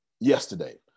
yesterday